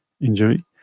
injury